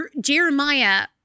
Jeremiah